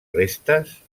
restes